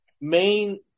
main